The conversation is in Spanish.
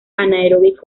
anaerobio